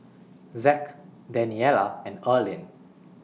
Zack Daniella and Erlene